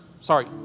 sorry